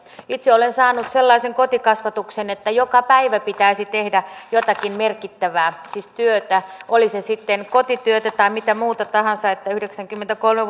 itse olen saanut sellaisen kotikasvatuksen että joka päivä pitäisi tehdä jotakin merkittävää siis työtä oli se sitten kotityötä tai mitä muuta tahansa yhdeksänkymmentäkolme